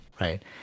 right